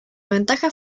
ventaja